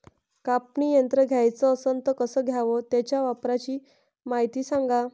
कापनी यंत्र घ्याचं असन त कस घ्याव? त्याच्या वापराची मायती सांगा